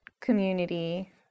community